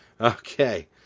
Okay